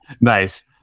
Nice